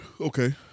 Okay